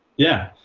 yeah.